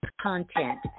content